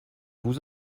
vous